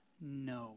no